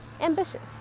ambitious